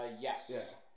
Yes